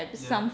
ya